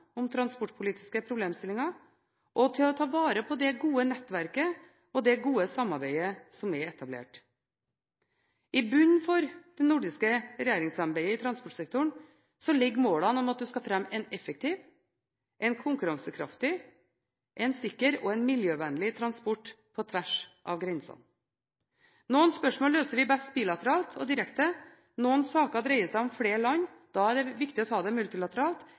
om transportpolitiske problemstillinger, og å ta vare på det gode nettverket og det gode samarbeidet som er etablert. I bunnen for det nordiske regjeringssamarbeidet i transportsektoren ligger målene om at vi skal fremme en effektiv, konkurransekraftig, sikker og miljøvennlig transport på tvers av grensene. Noen spørsmål løser vi best bilateralt og direkte, noen saker dreier seg om flere land, og da er det viktig å ta det multilateralt.